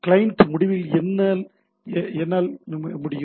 client முடிவில் என்னால் செய்ய முடியும்